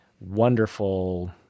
wonderful